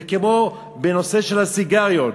זה כמו בנושא של סיגריות.